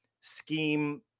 scheme